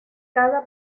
cada